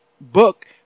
book